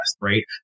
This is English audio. right